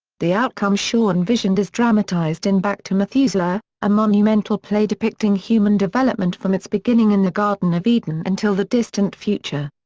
the outcome shaw envisioned is dramatised in back to methuselah, a monumental play depicting human development from its beginning in the garden of eden until the distant future.